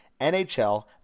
NHL